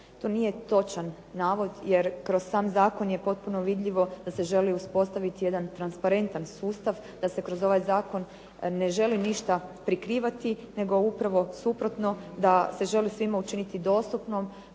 To nije točan navod jer kroz sam zakon je potpuno vidljivo da se želi uspostaviti jedan transparentan sustav da se kroz ovaj zakon ne želi ništa prikrivati, nego upravo suprotno da se želi svima učiniti dostupnom